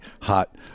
hot